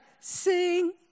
Sing